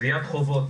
גביית חובות,